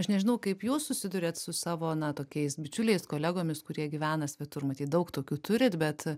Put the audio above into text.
aš nežinau kaip jūs susiduriat su savo na tokiais bičiuliais kolegomis kurie gyvena svetur matyt daug tokių turit bet